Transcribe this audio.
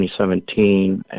2017